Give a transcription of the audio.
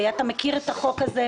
אתה מכיר את החוק הזה,